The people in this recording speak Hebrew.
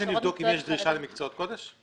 ניסיתם לבדוק אם יש דרישה למקצועות קודש?